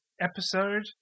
episode